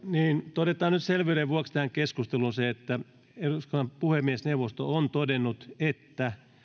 todetaan nyt selvyyden vuoksi tähän keskusteluun se että eduskunnan puhemiesneuvosto on todennut että